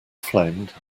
flamed